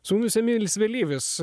su mumis emilis vėlyvis